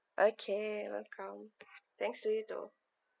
okay welcome thanks to you too